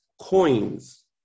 Coins